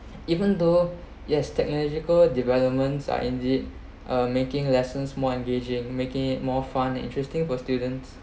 even though yes technological developments are indeed uh making lessons more engaging making it more fun interesting for students